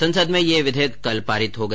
संसद मे ये विधेयक कल पारित हो गया